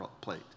plate